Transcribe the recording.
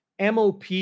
mop